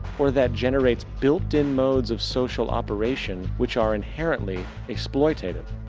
or that generates built-in modes of social operation, wich are inherently exploited?